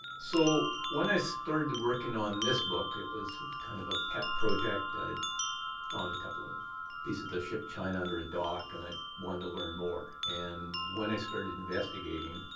so when i started working on this book, it was kind of a pet project. i'd found a couple of pieces of ship china under a dock, and i wanted to learn more. and when i started investigating,